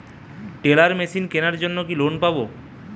Teller machine কেনার জন্য কি লোন পাব?